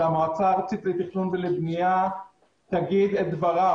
שהמועצה הארצית לתכנון ולבנייה תאמר את דברה.